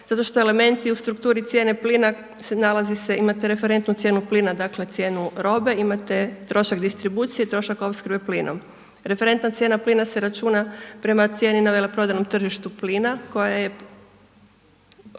zato što elementi u strukturi cijene plina se nalazi se, imate referentnu plina, dakle cijenu robe, imate trošak distribucije, trošak opskrbe plinom. Referentna cijena plina se računa prema cijeni na veleprodajnom tržištu plina koja je,